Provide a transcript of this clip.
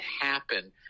happen